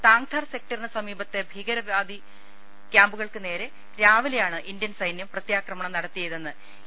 താങ്ധാർ സെക്ടറിന് സമീ പത്തെ ഭീകരവാദി കൃാമ്പുകൾക്കുനേരെ രാവിലെയാണ് ഇന്ത്യൻ സൈന്യം പ്രത്യാക്രമണം നടത്തിയതെന്ന് എ